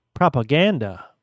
Propaganda